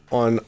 on